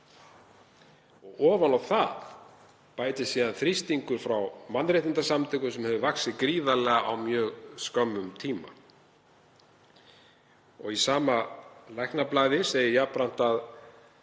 Ofan á það bætist síðan þrýstingur frá mannréttindasamtökum sem hefur vaxið gríðarlega á mjög skömmum tíma. Í sama læknablaði segir jafnframt að